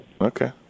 Okay